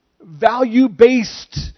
value-based